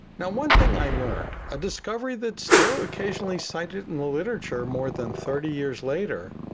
now, one thing i learned, a discovery that still occasionally cited in the literature more than thirty years later,